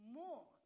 more